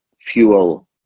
fuel